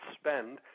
spend